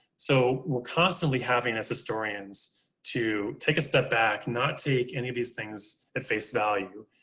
so we're constantly having as historians to take a step back. not take any of these things at face value,